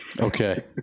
Okay